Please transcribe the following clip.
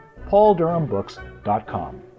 pauldurhambooks.com